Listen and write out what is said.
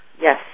Yes